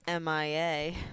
MIA